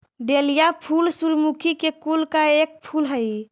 dahlia फूल सूर्यमुखी के कुल का एक फूल हई